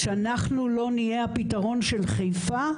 שאנחנו לא נהיה הפתרון של חיפה,